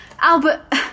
Albert